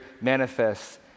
manifests